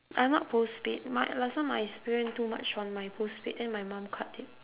I am not postpaid my last time I spent too much on my postpaid then my mum cut it